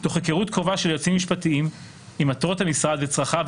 תוך היכרות קרובה של היועצים המשפטיים עם מטרות המשרד וצרכיו,